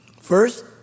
First